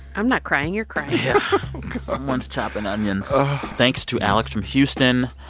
i'm not crying. you're crying someone's chopping onions thanks to alex from houston.